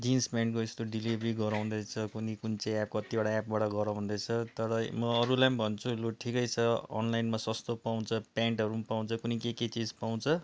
jeans पेन्टको यस्तो delivery गराउँदैछ कुन्नि कुन चाहिँ एप कतिवटा एपबाट गराउँदैछ तर म अरूलाई पनि भन्छु लु ठिकै छ अनलाइनमा सस्तो पाउँछ पेन्टहरू पनि पाउँछ कुन्नि के के चिज पाउँछ